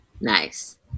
Nice